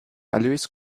erlös